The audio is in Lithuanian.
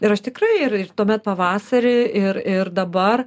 ir aš tikrai ir tuomet pavasarį ir ir dabar